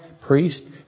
priest